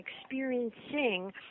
experiencing